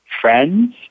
friends